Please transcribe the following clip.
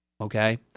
okay